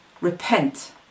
Repent